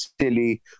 silly